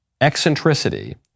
eccentricity